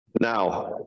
Now